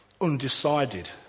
undecided